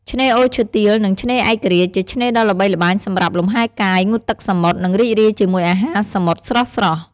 ឆ្នេរអូរឈើទាល និងឆ្នេរឯករាជ្យ ជាឆ្នេរដ៏ល្បីល្បាញសម្រាប់លំហែកាយ ងូតទឹកសមុទ្រ និងរីករាយជាមួយអាហារសមុទ្រស្រស់ៗ។